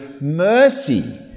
mercy